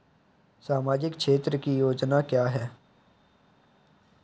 सामाजिक क्षेत्र की योजना क्या है?